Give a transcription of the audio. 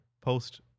post